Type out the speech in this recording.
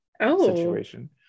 situation